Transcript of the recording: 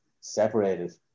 separated